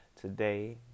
today